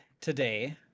today